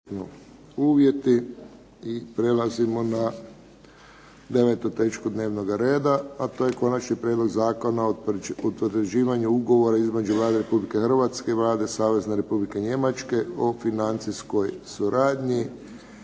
(HSS)** Prelazimo na 9. točku dnevnog reda, a to je - Konačni prijedlog Zakona o potvrđivanju Ugovora između Vlade Republike Hrvatske i Vlade Savezne Republike Njemačke o financijskoj suradnji